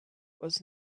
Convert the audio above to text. was